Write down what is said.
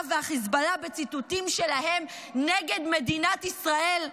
וחיזבאללה בציטוטים שלהם נגד מדינת ישראל?